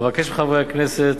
אבקש מחברי הכנסת